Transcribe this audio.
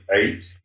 eight